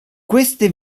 queste